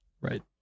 right